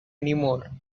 anymore